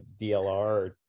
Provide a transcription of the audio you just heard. DLR